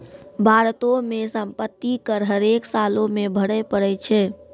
भारतो मे सम्पति कर हरेक सालो मे भरे पड़ै छै